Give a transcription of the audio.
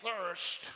thirst